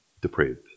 depraved